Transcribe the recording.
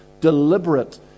deliberate